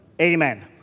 amen